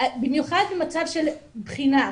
במיוחד במצב של בחינה.